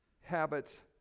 habits